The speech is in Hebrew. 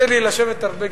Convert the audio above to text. יוצא לי לשבת הרבה,